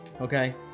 Okay